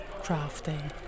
crafting